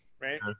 Right